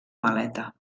maleta